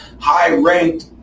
high-ranked